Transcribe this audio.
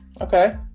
Okay